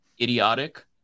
idiotic